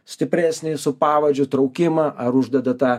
stipresnį su pavadžiu traukimą ar uždeda tą